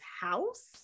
house